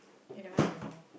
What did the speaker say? eh that one I don't know